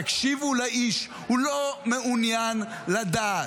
תקשיבו לאיש: הוא לא מעוניין לדעת.